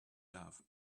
love